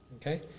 Okay